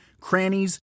crannies